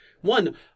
One